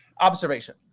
observation